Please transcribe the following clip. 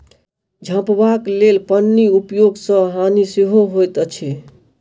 झपबाक लेल पन्नीक उपयोग सॅ हानि सेहो होइत अछि